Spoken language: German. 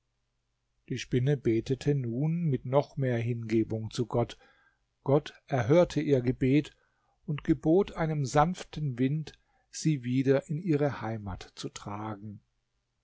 die spinne betete nun mit noch mehr hingebung zu gott gott erhörte ihr gebet und gebot einem sanften wind sie wieder in ihre heimat zu tragen